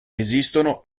esistono